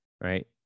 right